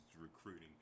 recruiting